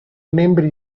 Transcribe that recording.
membri